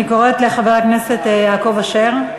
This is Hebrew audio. אני קוראת לחבר הכנסת יעקב אשר.